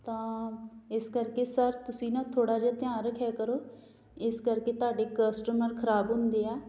ਤਾਂ ਇਸ ਕਰਕੇ ਸਰ ਤੁਸੀਂ ਨਾ ਥੋੜ੍ਹਾ ਜਿਹਾ ਧਿਆਨ ਰੱਖਿਆ ਕਰੋ ਇਸ ਕਰਕੇ ਤੁਹਾਡੇ ਕਸਟਮਰ ਖਰਾਬ ਹੁੰਦੇ ਆ